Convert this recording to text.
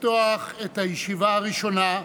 אנו נכבד בקימה את כניסת יושב-ראש הכנסת